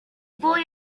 boy